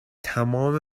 تمام